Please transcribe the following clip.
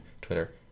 Twitter